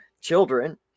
children